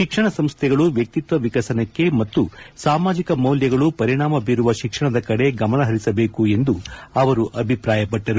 ಶಿಕ್ಷಣ ಸಂಸ್ವೆಗಳು ವ್ಯಕ್ತಿಕ್ವ ವಿಕಸನಕ್ಕೆ ಮತ್ತು ಸಾಮಾಜಿಕ ಮೌಲ್ವಗಳು ಪರಿಣಾಮ ಬೀರುವ ಶಿಕ್ಷಣದ ಕಡೆ ಗಮನ ಹರಿಸಬೇಕು ಎಂದು ಅವರು ಅಭಿಪ್ರಾಯಪಟ್ಟರು